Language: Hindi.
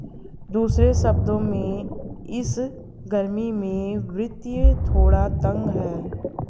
दूसरे शब्दों में, इस गर्मी में वित्त थोड़ा तंग है